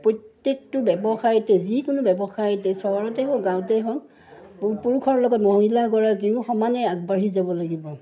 প্ৰত্যেকটো ব্যৱসায়তে যিকোনো ব্যৱসায়তে চহৰতেই হওক গাঁৱতেই হওক পুৰুষৰ লগত মহিলাাগৰাকীও সমানেই আগবাঢ়ি যাব লাগিব